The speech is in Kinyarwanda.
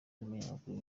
n’umunyamakuru